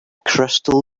crystal